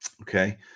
Okay